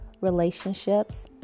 relationships